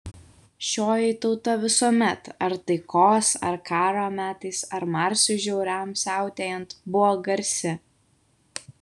šioji tauta visuomet ar taikos ar karo metais ar marsui žiauriam siautėjant buvo garsi